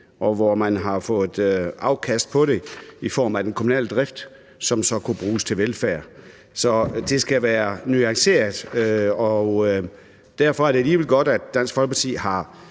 og hvor man har fået afkast på det i forhold til den kommunale drift, som så kunne bruges til velfærd. Så det skal være nuanceret. Derfor er det alligevel godt, at Dansk